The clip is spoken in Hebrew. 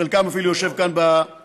חלקם אפילו יושב כאן בכנסת,